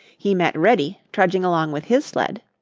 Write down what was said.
he met reddy, trudging along with his sled.